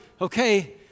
okay